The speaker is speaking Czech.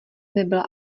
nebyla